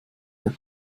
der